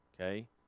okay